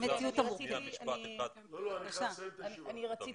אני רציתי